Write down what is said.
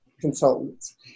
Consultants